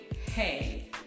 hey